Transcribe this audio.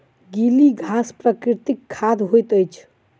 गीली घास प्राकृतिक खाद होइत अछि